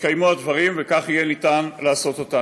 יתקיימו הדברים, וכך יהיה אפשר לעשות אותם.